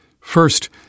First